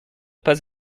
pas